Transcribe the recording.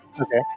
Okay